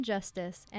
Justice